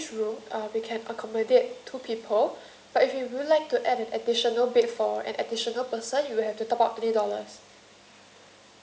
let's say each room uh we can accommodate two people but if you would like to add an additional bed for an additional person you will have to top up twenty dollars